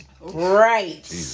Right